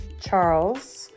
Charles